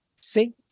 See